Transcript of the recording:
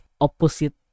opposite